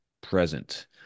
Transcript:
present